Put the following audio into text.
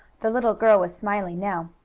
the little girl was smiling now.